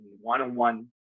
one-on-one